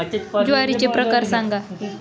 ज्वारीचे प्रकार सांगा